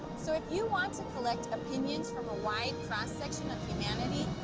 so if you want to collect opinions from a wide cross-section of humanity,